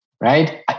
right